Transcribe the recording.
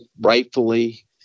rightfully